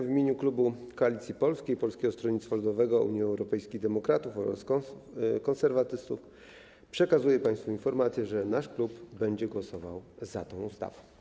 W imieniu klubu Koalicja Polska - Polskie Stronnictwo Ludowe, Unia Europejskich Demokratów, Konserwatyści przekazuję państwu informację, że nasz klub będzie głosował za tą ustawą.